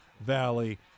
Valley